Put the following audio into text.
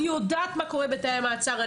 אני יודעת מה קורה בתאי מעצר.